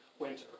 winter